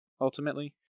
Ultimately